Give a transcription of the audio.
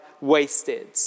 wasted